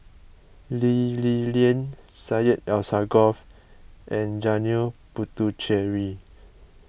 Lee Li Lian Syed Alsagoff and Janil Puthucheary